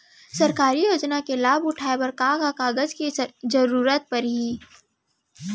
सरकारी योजना के लाभ उठाए बर का का कागज के जरूरत परही